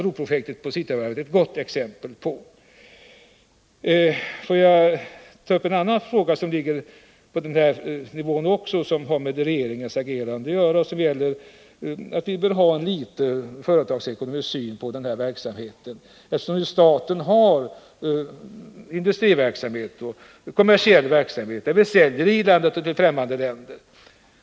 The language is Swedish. Broprojektet vid Cityvarvet är ett gott exempel på ett sådant handlande. Jag vill sedan ta upp en fråga som ligger på samma nivå, dvs. som har med regeringens agerande att göra. Det gäller att vi bör ha litet grand av företagsekonomisk syn på verksamheten. Staten har ju industriverksamhet och kommersiell verksamhet, säljer både inom landet och till främmande länder.